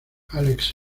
alex